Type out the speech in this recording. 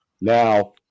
Now